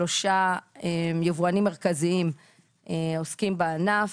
שלושה יבואנים מרכזיים עוסקים בענף.